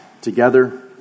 together